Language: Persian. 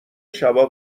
شبا